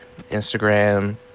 instagram